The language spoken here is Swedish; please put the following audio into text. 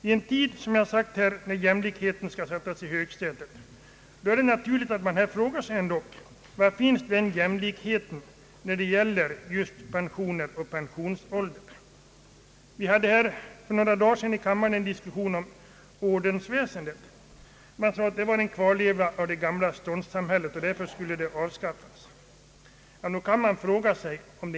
I en tid när, som jag sagt, jämlikhetskravet skall sättas i högsätet, är det dock naturligt att fråga sig: Var finns jämlikheten när det gäller pensioner och pensionsålder? För några dagar sedan hade vi i kammaren en diskussion om ordensväsendet, och då framhölls bl.a. att detta är en kvarleva av det gamla ståndssamhället och att det därför bör avskaffas.